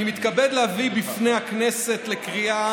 אני מתכבד להביא בפני הכנסת לקריאה